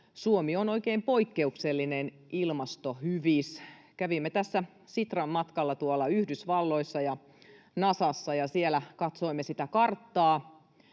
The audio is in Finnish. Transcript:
Suomi on oikein poikkeuksellinen ilmastohyvis. Kävimme tässä Sitran matkalla Yhdysvalloissa ja Nasassa. Siellä katsoimme karttaa,